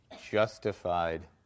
justified